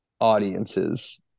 audiences